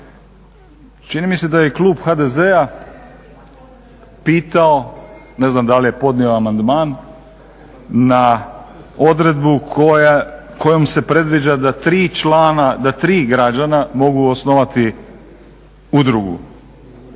Čini mi se da je i klub HDZ-a pitao ne znam da li je podnio amandman, na odredbu kojom se predviđa da tri građana mogu osnovati udrugu.